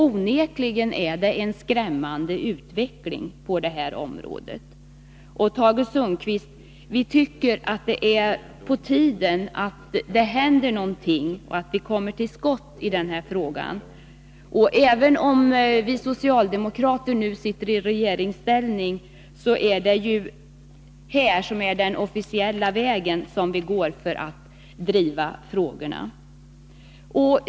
Onekligen är det en skrämmande utveckling på detta område. Vi tycker, Tage Sundkvist, att det är på tiden att det händer någonting, att vi kommer till skott i denna fråga. Även om vi socialdemokrater nu sitter i regeringsställning, går vi den officiella vägen här i riksdagen när det gäller att driva frågor.